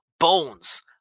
bones